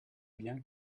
bien